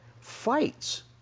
fights